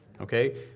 okay